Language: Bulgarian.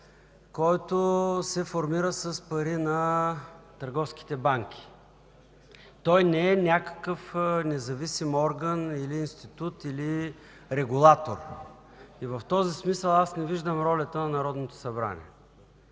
който се формира с пари на търговските банки. Той не е някакъв независим орган, институт или регулатор и в този смисъл не виждам ролята на Народното събрание